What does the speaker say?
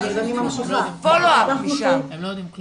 הם לא יודעים כלום.